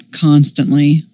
constantly